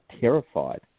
terrified